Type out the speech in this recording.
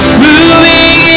moving